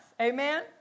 Amen